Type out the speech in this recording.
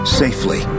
safely